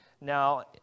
Now